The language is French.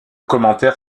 commentaire